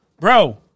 Bro